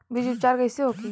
बीज उपचार कइसे होखे?